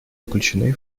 включены